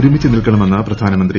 ഒരുമിച്ച് നിൽക്കണമെന്ന് പ്രധാനമന്ത്രി